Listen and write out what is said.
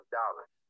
dollars